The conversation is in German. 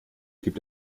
gibt